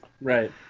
Right